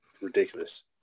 ridiculous